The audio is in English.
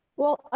well,